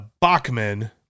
Bachman